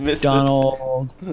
Donald